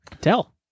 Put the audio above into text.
Tell